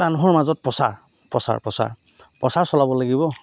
মানুহৰ মাজত প্ৰচাৰ প্ৰচাৰ প্ৰচাৰ প্ৰচাৰ চলাব লাগিব